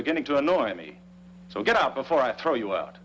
beginning to annoy me so get out before i throw you out